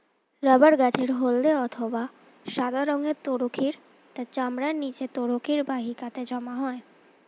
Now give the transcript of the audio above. rubber গাছের হল্দে অথবা সাদা রঙের তরুক্ষীর তার চামড়ার নিচে তরুক্ষীর বাহিকাতে জমা হয়